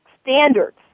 standards